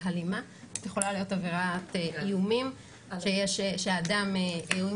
זאת יכולה להיות עבירת איומים שאדם הוא עם